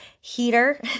heater